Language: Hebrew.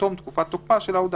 תום תקופת תוקפה של ההודעה."